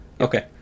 Okay